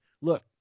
look